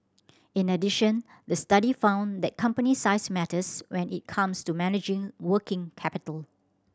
in addition the study found that company size matters when it comes to managing working capital